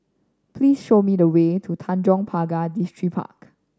please show me the way to Tanjong Pagar Distripark